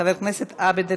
חבר הכנסת עבד אל